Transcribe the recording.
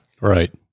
Right